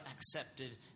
accepted